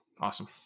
awesome